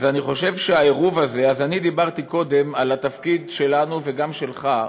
אני דיברתי קודם על התפקיד שלנו, וגם שלך,